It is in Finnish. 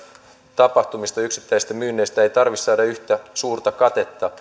tapahtumista ja yksittäisistä myynneistä ei tarvitse saada yhtä suurta katetta